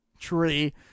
Tree